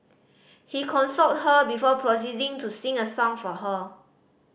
he consoled her before proceeding to sing a song for her